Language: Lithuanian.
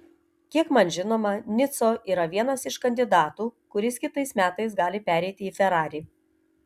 kiek man žinoma nico yra vienas iš kandidatų kuris kitais metais gali pereiti į ferrari